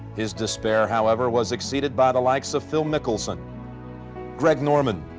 his despair, however, was exceeded by the likes of phil mickelson greg norman